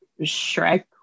Shrek